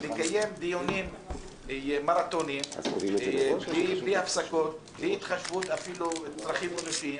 לקיים דיונים מרתוניים בלי הפסקות ובלי התחשבות אפילו לצרכים אנושיים.